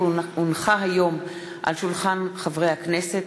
כי הונחה היום על שולחן הכנסת,